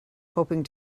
hoping